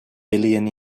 billion